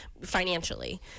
financially